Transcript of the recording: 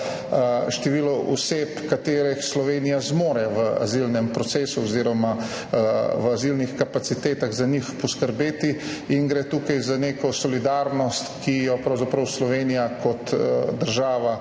število oseb, za katere Slovenija zmore v azilnem procesu oziroma v azilnih kapacitetah poskrbeti. Tukaj gre za neko solidarnost, ki jo pravzaprav Slovenija kot država